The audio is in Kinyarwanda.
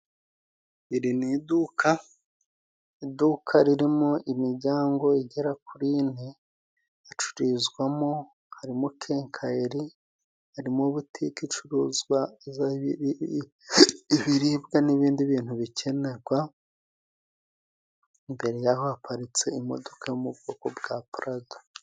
Iri ni iduka iduka ririmo imiryango igera kuri ine, icuruzwamo harimo kenkayeri harimo butike icuruzwa ibiribwa n'ibindi bintu bikenerwa, imbere y'aho haparitse imodoka mu bwoko bwa purado.